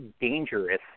dangerous